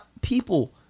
People